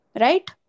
right